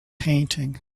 painting